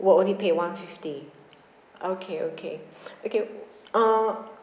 will only pay one fifty okay okay okay uh